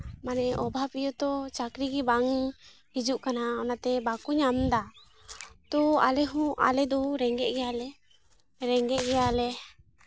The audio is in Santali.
ᱢᱟᱱᱮ ᱚᱵᱷᱟᱵᱽ ᱤᱭᱟᱹ ᱛᱚ ᱪᱟᱹᱠᱨᱤ ᱜᱮ ᱵᱟᱝ ᱦᱤᱡᱩᱜ ᱠᱟᱱᱟ ᱚᱱᱟᱛᱮ ᱵᱟᱠᱚ ᱧᱟᱢᱫᱟ ᱛᱚ ᱟᱞᱮ ᱦᱚᱸ ᱟᱞᱮ ᱫᱚ ᱨᱮᱸᱜᱮᱡ ᱜᱮᱭᱟᱞᱮ ᱨᱮᱸᱜᱮᱡ ᱜᱮᱭᱟᱞᱮ